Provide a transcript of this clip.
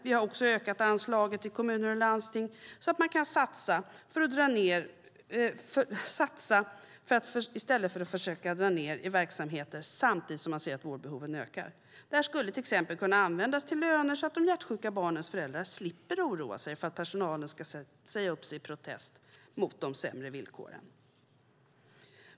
Vi har också ökat anslagen till kommuner och landsting så att de kan satsa i stället för att dra ned i verksamheter samtidigt som man ser att vårdbehoven ökar. Det skulle till exempel kunna användas till löner så att de hjärtsjuka barnens föräldrar slipper oroa sig för att personalen ska säga upp sig i protest mot de sämre villkoren.